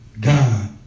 God